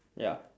ya